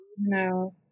No